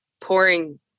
pouring